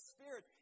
Spirit